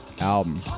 album